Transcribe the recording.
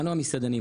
אנו המסעדנים,